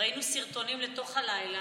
וראינו סרטונים לתוך הלילה,